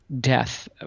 death